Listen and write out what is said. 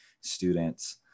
students